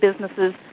businesses